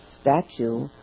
statue